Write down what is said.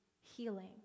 healing